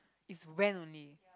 it's when only